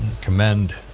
commend